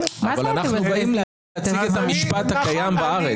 אנחנו באים לתת את המשפט הקיים בארץ.